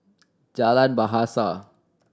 Jalan Bahasa